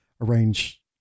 arrange